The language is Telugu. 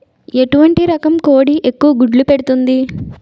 ఎటువంటి రకం కోడి ఎక్కువ గుడ్లు పెడుతోంది?